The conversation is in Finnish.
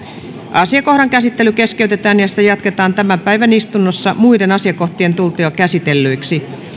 asiakohdan käsittely keskeytetään ja sitä jatketaan tämän päivän istunnossa muiden asiakohtien tultua käsitellyiksi